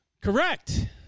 Correct